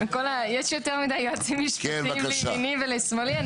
יש יותר מידי יועצים משפטיים מימיני ומשמאלי.